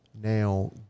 now